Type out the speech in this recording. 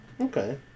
Okay